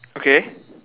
okay